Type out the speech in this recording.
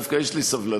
דווקא יש לי סבלנות.